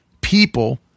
people